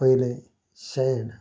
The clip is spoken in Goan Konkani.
पयलें शेण